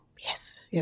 Yes